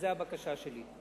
וזו הבקשה שלי.